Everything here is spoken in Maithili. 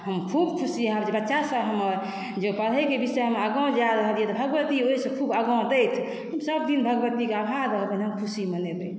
हम खूब खुशी होयब जे बच्चा सब हमर जे पढैके विषयमे आगाँ जाए रहल यऽ तऽ भगवती ओहिसँ खूब आगाँ दैथि हम सबदिन भगवतीकेँ आभार रहबनि हम खुशी मनेबै